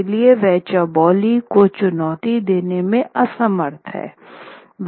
इसलिए वह चौबोली को चुनौती देने में असमर्थ है